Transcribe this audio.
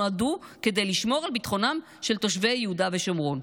נועדו כדי לשמור על ביטחונם של תושבי יהודה ושומרון.